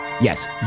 Yes